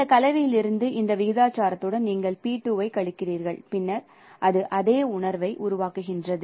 இந்த கலவையிலிருந்து இந்த விகிதாச்சாரத்துடன் நீங்கள் p2 ஐக் கழிக்கிறீர்கள் பின்னர் அது அதே உணர்வை உருவாக்குகிறது